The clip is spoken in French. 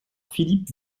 philippe